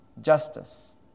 justice